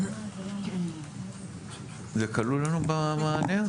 זה כלול לנו במענה?